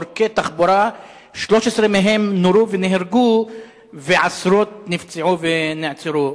עורקי תחבורה 13 מהם נורו ונהרגו ועשרות נפצעו ונעצרו.